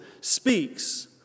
speaks